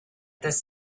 this